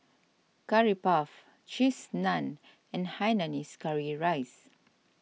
Curry Puff Cheese Naan and Hainanese Curry Rice